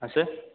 हाँ सर